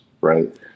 Right